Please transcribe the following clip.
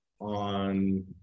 on